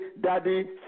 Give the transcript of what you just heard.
Daddy